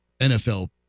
NFL